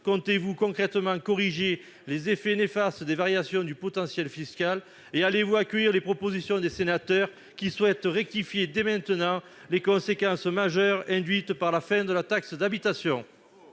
comptez-vous concrètement corriger les effets néfastes des variations du potentiel fiscal ? Allez-vous accueillir les propositions des sénateurs, qui souhaitent rectifier dès maintenant les conséquences majeures induites par la fin de la taxe d'habitation ?